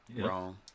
Wrong